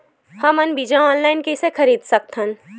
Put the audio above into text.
हमन बीजा ऑनलाइन कइसे खरीद सकथन?